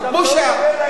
בושה.